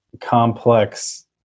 complex